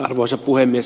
arvoisa puhemies